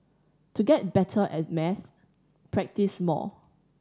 to get better at maths practise more